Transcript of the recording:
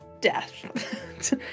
death